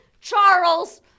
Charles